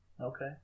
Okay